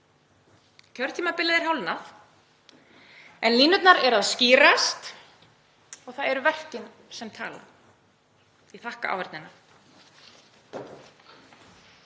Kjörtímabilið er hálfnað. En línurnar eru að skýrast og það eru verkin sem tala. — Ég þakka áheyrnina.